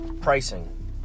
pricing